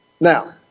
Now